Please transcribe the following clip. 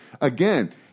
again